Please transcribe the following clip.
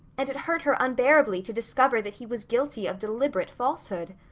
and it hurt her unbearably to discover that he was guilty of deliberate falsehood.